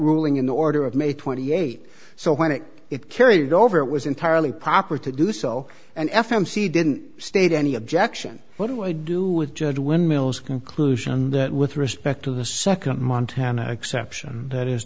ruling in the order of may twenty eight so when it it carried over it was entirely proper to do so and f m c didn't state any objection what do i do with judge windmills conclusion that with respect to the nd montana exception that is